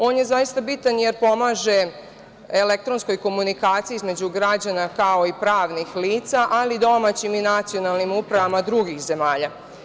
On je zaista bitan, jer pomaže elektronskoj komunikaciji između građana, kao i pravnih lica, ali i domaćim i nacionalnim upravama drugih zemalja.